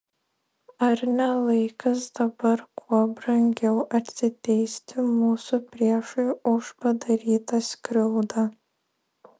ar ne laikas dabar kuo brangiau atsiteisti mūsų priešui už padarytą skriaudą